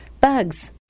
bugs